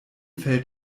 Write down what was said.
fällt